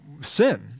sin